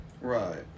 Right